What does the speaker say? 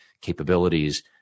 capabilities